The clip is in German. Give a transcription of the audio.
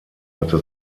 hatte